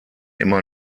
immer